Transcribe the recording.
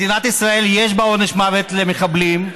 במדינת ישראל יש עונש מוות למחבלים,